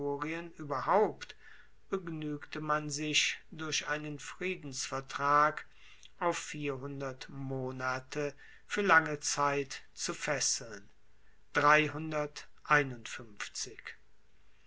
ueberhaupt begnuegte man sich durch einen friedensvertrag auf monate fuer lange zeit zu fesseln